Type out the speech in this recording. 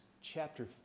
chapter